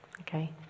Okay